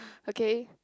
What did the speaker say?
okay